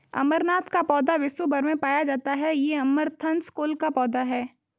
अमरनाथ का पौधा विश्व् भर में पाया जाता है ये अमरंथस कुल का पौधा है